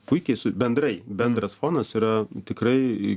puikiai su bendrai bendras fonas yra tikrai